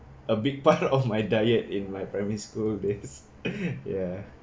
a big part of my diet in my primary school days ya